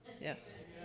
Yes